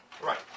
Right